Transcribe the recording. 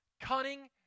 cunning